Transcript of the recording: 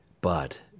But